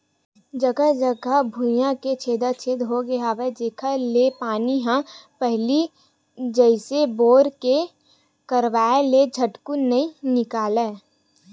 जघा जघा भुइयां के छेदा छेद होगे हवय जेखर ले पानी ह पहिली जइसे बोर के करवाय ले झटकुन नइ निकलय